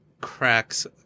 Cracks